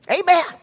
Amen